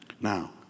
Now